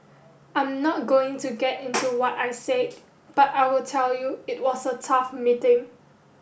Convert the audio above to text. I'm not going to get into what I said but I will tell you it was a tough meeting